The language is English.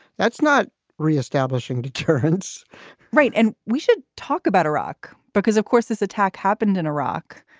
that's not reestablishing deterrence right. and we should talk about iraq because, of course, this attack happened in iraq.